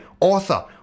author